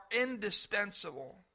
indispensable